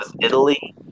Italy